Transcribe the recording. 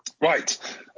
Right